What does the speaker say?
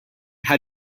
how